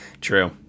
True